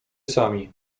sami